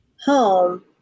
home